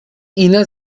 ina